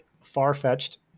far-fetched